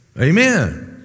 Amen